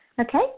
okay